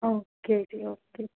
okay ਜੀ okay